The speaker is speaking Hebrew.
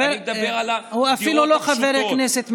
הוא אפילו לא חבר כנסת,